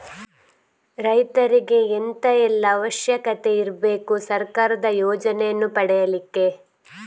ರೈತರಿಗೆ ಎಂತ ಎಲ್ಲಾ ಅವಶ್ಯಕತೆ ಇರ್ಬೇಕು ಸರ್ಕಾರದ ಯೋಜನೆಯನ್ನು ಪಡೆಲಿಕ್ಕೆ?